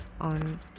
On